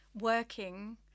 working